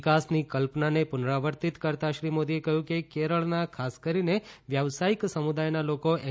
વિકાસની કલ્પનાને પુનરાવર્તિત કરતાં શ્રી મોદીએ કહ્યું કે કેરળના ખાસ કરીને વ્યાવસાયિક સમુદાયના લોકો એન